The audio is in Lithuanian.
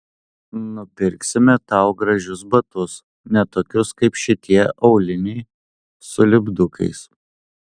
nupirksime tau gražius batus ne tokius kaip šitie auliniai su lipdukais